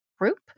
group